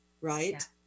right